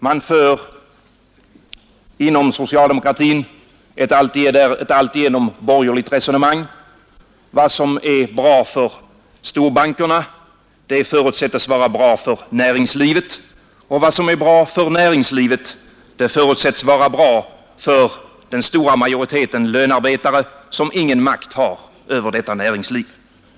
Man för inom socialdemokratin ett alltigenom borgerligt resonemang. Vad som är bra för storbankerna förutsättes vara bra för näringslivet, och vad som är bra för näringslivet förutsättes vara bra för den stora majoriteten lönearbetare som ingen makt har över detta näringsliv.